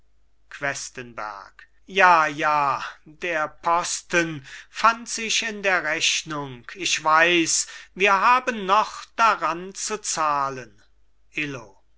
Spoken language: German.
questenberg ja ja der posten fand sich in der rechnung ich weiß wir haben noch daran zu zahlen illo